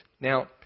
Now